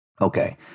Okay